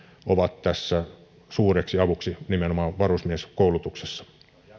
ovat tässä suureksi avuksi nimenomaan varusmieskoulutuksessa